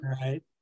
Right